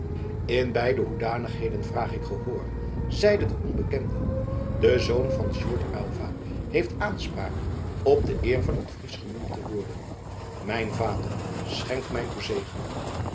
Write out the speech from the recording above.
in die beide hoedanigheden vraag ik gehoor zeide de onbekende de zoon van sjoerd aylva heeft aanspraak op de eer van een fries genoemd te worden mijn vader schenk mij uw zegen